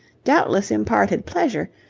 doubtless imparted pleasure,